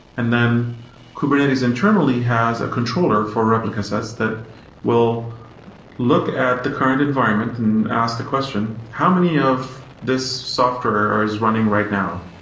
and then kubernetes internally has a controller for replica sets that will look at the current environment and ask the question, how many of this software is running right now?